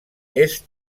est